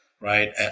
right